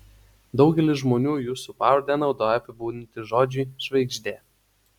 daugelis žmonių jūsų pavardę naudoja apibūdinti žodžiui žvaigždė